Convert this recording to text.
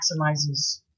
maximizes